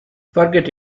forget